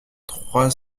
trois